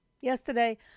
Yesterday